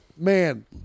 Man